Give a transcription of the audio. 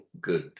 good